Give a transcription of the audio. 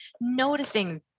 noticing